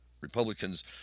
Republicans